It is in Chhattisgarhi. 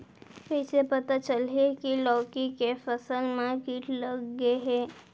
कइसे पता चलही की लौकी के फसल मा किट लग गे हे?